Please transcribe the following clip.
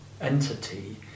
entity